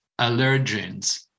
allergens